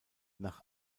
nach